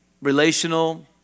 relational